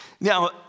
Now